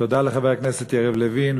תודה לחבר הכנסת יריב לוין,